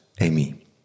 Amy